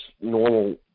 normal